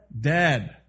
dead